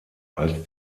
als